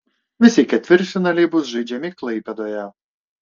visi ketvirtfinaliai bus žaidžiami klaipėdoje